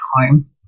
home